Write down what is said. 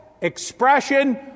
expression